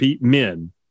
men